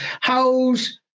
How's